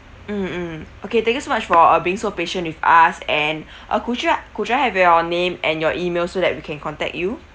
mm mm okay thank you much for uh being so patient with us and uh could you could I have your name and your email so that we can contact you